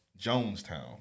Jonestown